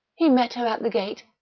he met her at the gate,